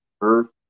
earth